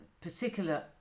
particular